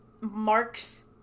marks